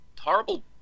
horrible